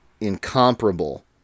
incomparable